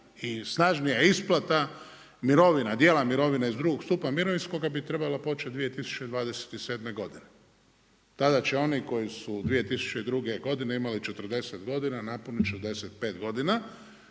i snažnija isplata mirovina, dijela mirovina iz drugog stupa mirovinskoga bi trebala početi 2027. godine. Tada će oni koji su 2002. godine imali 40 godina napuniti 65 godina